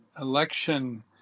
election